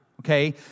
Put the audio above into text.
Okay